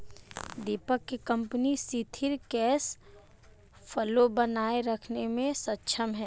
दीपक के कंपनी सिथिर cash flow बनाए रखने मे सक्षम है